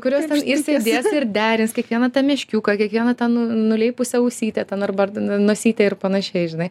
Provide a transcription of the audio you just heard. kurios ir sėdės ir derins kiekvieną tą meškiuką kiekvieną ten nu nuleipusią ausytę ten arba d nosytę ir panašiai žinai